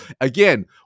Again